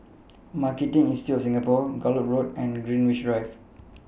Marketing Institute of Singapore Gallop Road and Greenwich Drive